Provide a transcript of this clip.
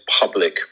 public